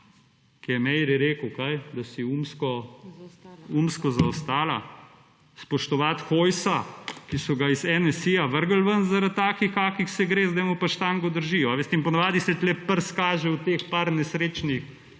ki je Meiri rekel kaj, da si umsko zaostala? Spoštovati Hojsa, ki so ga iz NSi-ja vrgli ven zaradi takih, kakršnih se gre, zdaj mu pa štango držijo. Veste in potem se tukaj prst kaže v teh par nesrečnih